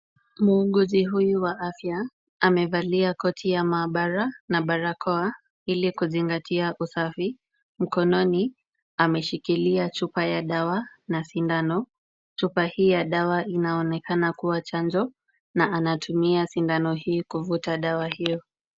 Muuguzi huyu wa afya amevalia koti ya maabara na barakoa ili kuzingatia usafi. Mkononi ameshikilia chupa ya dawa na sindano. Chupa hii ya dawa inaonekana kuwa chanjo na anatumia sindano hii kuvuta dawa hiyo.